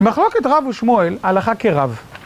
מחלוקת רב ושמואל, הלכה כרב